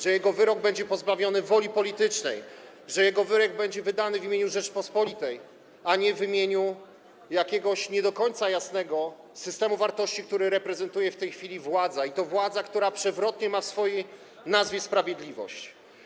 że wyrok ten będzie niezależny od woli politycznej, że będzie wydany w imieniu Rzeczypospolitej, a nie w imieniu jakiegoś nie do końca jasnego systemu wartości, który reprezentuje w tej chwili władza, i to władza, która przewrotnie ma w swojej nazwie „sprawiedliwość”